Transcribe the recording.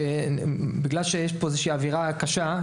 בגלל שיש פה אווירה קשה,